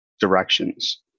directions